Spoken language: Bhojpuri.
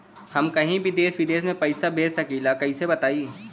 हम कहीं भी देश विदेश में पैसा भेज सकीला कईसे बताई?